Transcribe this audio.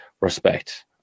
respect